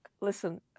listen